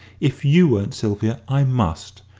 if you won't, sylvia, i must.